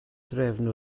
drefn